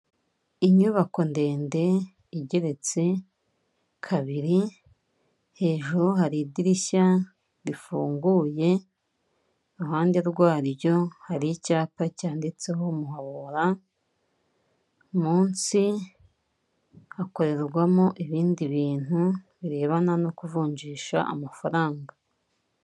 Inyubako ndende igeretse kabiri hejuru hari idirishya rifunguye, iruhande rwaryo hari icyapa cyanditseho muhobura, munsi hakorerwamo ibindi bintu birebana no kuvunjisha amafaranga.